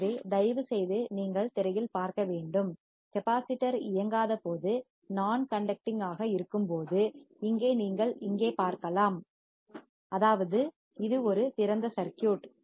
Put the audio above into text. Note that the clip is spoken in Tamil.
எனவே தயவுசெய்து நீங்கள் திரையில் பார்க்க வேண்டும் மின்தேக்கி கெப்பாசிட்டர் இயங்காதபோது நான் கண்டக்டிங் ஆக இருக்கும்போது இங்கே நீங்கள் இங்கே பார்க்கலாம் அதாவது இது ஒரு திறந்த சர்க்யூட்